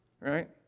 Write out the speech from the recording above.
right